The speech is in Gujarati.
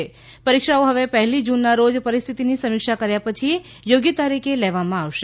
આ પરીક્ષાઓ હવે પહેલી જૂનના રોજ પરિસ્થિતિની સમીક્ષા કર્યા પછી યોગ્ય તારીખે લેવામાં આવશે